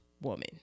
woman